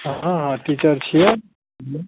हँ हँ टीचर छियै